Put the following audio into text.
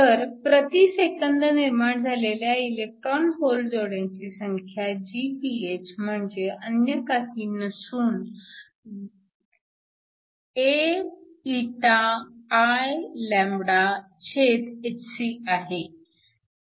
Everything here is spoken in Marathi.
तर प्रति सेकंद निर्माण झालेल्या इलेक्ट्रॉन होल जोड्यांची संख्या Gph म्हणजे अन्य काही नसून AηIλhc आहे